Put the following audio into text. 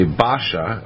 basha